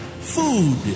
Food